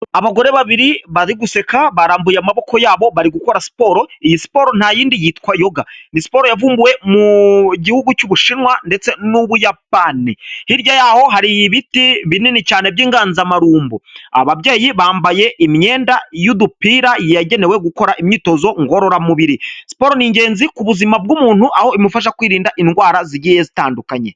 Abagore babiri bari guseka barambuye amaboko yabo bari gukora siporo. Iyi siporo nta yindi yitwa yoga. Ni siporo yavumbuwe mu gihugu cy'Ubushinwa ndetse n'Ubuyapani. Hirya y'aho hari ibiti binini cyane by'inganzamarumbu, ababyeyi bambaye imyenda y'udupira yagenewe gukora imyitozo ngororamubiri. Siporo ni ingenzi ku buzima bw'umuntu aho imufasha kwirinda indwara zigiye zitandukanye.